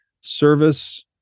service